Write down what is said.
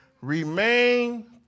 Remain